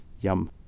Yum